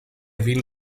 vin